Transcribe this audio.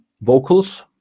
vocals